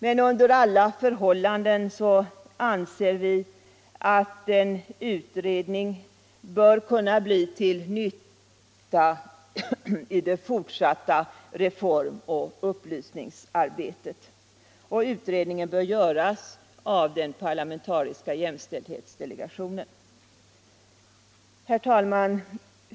Men under alla förhållanden bör en utredning kunna bli till nytta i det fortsatta reform och upplysningsarbetet. Och utredningen bör göras av den parlamentariska jämställdhetsdelegationen. Herr talman!